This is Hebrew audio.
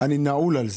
אני נעול על זה.